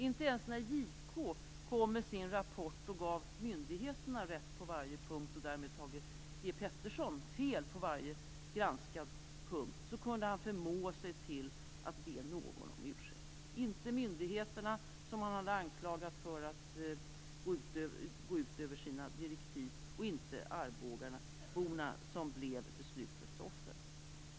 Inte ens när JK kom med sin rapport och gav myndigheterna rätt på varje punkt, och därmed Thage G Peterson fel på varje granskad punkt, kunde han förmå sig att be någon om ursäkt - inte myndigheterna, som han hade anklagat för att gå utöver sina direktiv och inte arbogaborna, som blev beslutets offer.